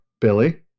Billy